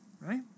right